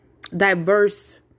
diverse